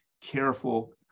careful